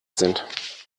sind